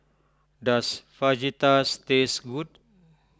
does Fajitas tastes good